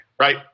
Right